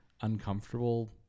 uncomfortable